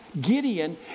Gideon